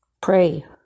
Pray